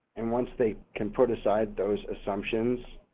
and once they can put aside those assumptions,